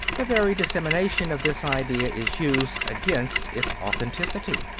the very dissemination of this idea is used against its authenticity.